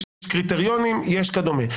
יש קריטריונים וכדומה.